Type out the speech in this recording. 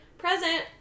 Present